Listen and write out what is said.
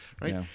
right